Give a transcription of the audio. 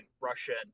Russian